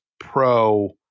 Pro